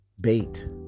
Bait